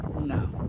No